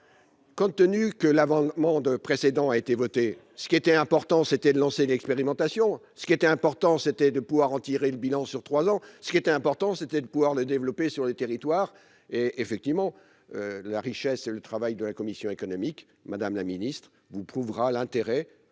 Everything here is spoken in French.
Compte tenu que la avant monde précédents, a été voté, ce qui était important, c'était de lancer une expérimentation, ce qui était important, c'était de pouvoir en tirer le bilan, sur 3 ans, ce qui était important, c'était de pouvoir le développer sur les territoires et effectivement la richesse et le travail de la commission économique Madame la Ministre vous prouvera l'intérêt